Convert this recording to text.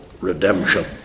redemption